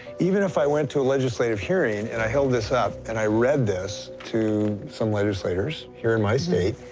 even if i went to a legislative hearing and i held this up and i read this to some legislators here in my state,